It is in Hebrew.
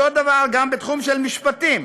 אותו דבר גם בתחום המשפטים.